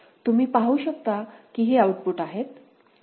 तुम्ही पाहु शकता की हे आउटपुट आहेत